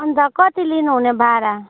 अन्त कति लिनु हुने भाडा